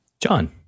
john